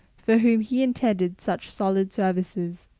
for whom he intended such solid services.